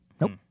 Nope